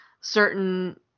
certain